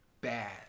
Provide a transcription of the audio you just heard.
bad